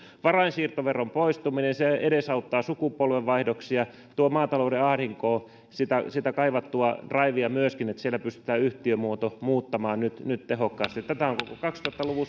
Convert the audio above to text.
varainsiirtoveron poistuminen edesauttaa sukupolvenvaihdoksia tuo maatalouden ahdinkoon sitä sitä kaivattua draivia myöskin että siellä pystytään yhtiömuoto muuttamaan nyt nyt tehokkaasti tätä on koko kaksituhatta luku